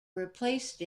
replaced